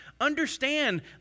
understand